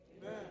Amen